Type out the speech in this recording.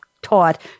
taught